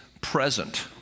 present